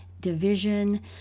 division